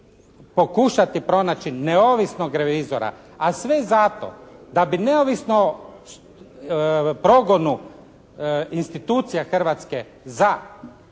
pokušati pronaći neovisnog revizora a sve zato da bi neovisno o progonu institucija Hrvatske za